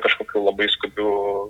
kažkokių labai skubių